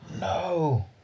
No